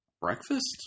Breakfast